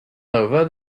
over